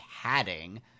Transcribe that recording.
padding